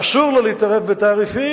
שאסור לו להתערב בתעריפים.